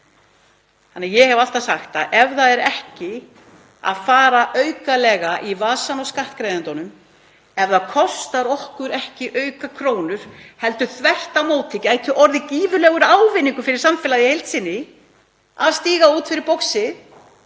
meira. Ég hef alltaf sagt að ef ekki er farið aukalega í vasann á skattgreiðendunum, ef það kostar okkur ekki aukakrónur heldur þvert á móti, geti það orðið gífurlegur ávinningur fyrir samfélagið í heild sinni að stíga út fyrir boxið.